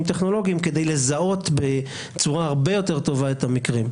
טכנולוגיים כדי לזהות בצורה הרבה יותר טובה את המקרים.